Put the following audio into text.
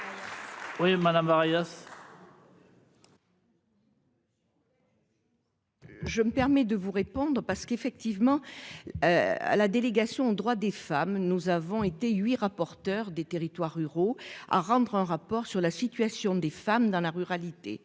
Oui madame Maria. Je me permets de vous répondre parce qu'effectivement. À la délégation aux droits des femmes. Nous avons été 8 rapporteur des territoires ruraux à rendre un rapport sur la situation des femmes dans la ruralité